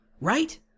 right